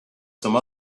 some